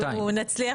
בוועדה.